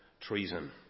treason